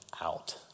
out